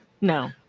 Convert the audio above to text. no